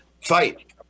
Fight